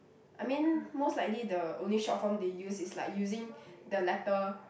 I mean most likely the only short form they use is like using the letter